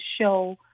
show